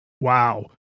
wow